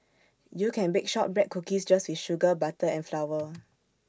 you can bake Shortbread Cookies just with sugar butter and flour